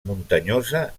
muntanyosa